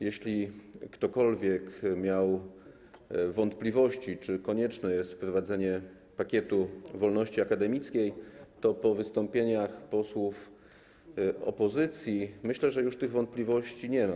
Jeśli ktokolwiek miał wątpliwości, czy konieczne jest wprowadzenie pakietu wolności akademickiej, to myślę, że po wystąpieniach posłów opozycji już tych wątpliwości nie ma.